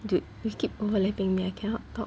dude we keep overlapping then I cannot talk